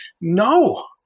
no